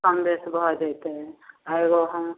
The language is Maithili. कमबेस भऽ जेतै आआरे एगो हम